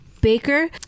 baker